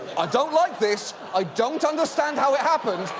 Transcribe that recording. i don't like this, i don't understand how it happened,